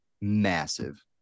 massive